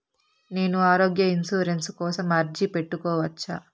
నేను ఆరోగ్య ఇన్సూరెన్సు కోసం అర్జీ పెట్టుకోవచ్చా?